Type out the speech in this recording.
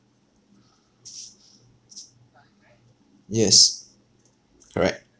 yes correct